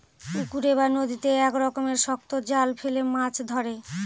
পুকুরে বা নদীতে এক রকমের শক্ত জাল ফেলে মাছ ধরে